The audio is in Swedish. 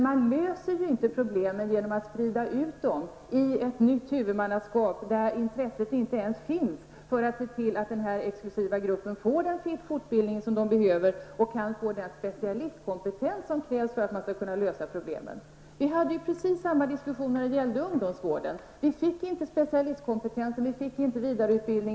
Man löser dock inte de problem som finns genom att sprida ut dem och byta huvudmannaskap. Det finns ju inte ens ett intresse från det hållet för att se till att den här exklusiva gruppen får den fortbildning som behövs och för att man inom den här gruppen får den specialistkompetens som krävs för att problemen skall kunna lösas. Precis samma diskussion hade vi ju när det gällde ungdomsvården. Det blev varken specialistkompetens eller vidareutbildning.